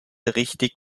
richtig